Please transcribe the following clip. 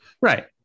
right